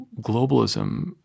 globalism